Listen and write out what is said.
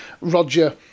Roger